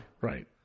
Right